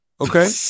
Okay